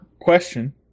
question